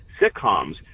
sitcoms